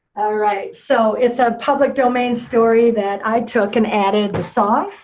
alright. so it's a public domain story that i took and added the song,